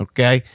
Okay